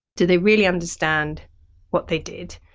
do they really understand what they did?